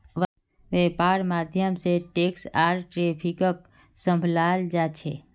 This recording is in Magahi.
वैपार्र माध्यम से टैक्स आर ट्रैफिकक सम्भलाल जा छे